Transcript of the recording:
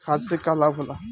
खाद्य से का लाभ होला?